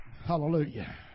Hallelujah